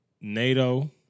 NATO